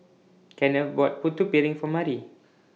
Kenneth bought Putu Piring For Mari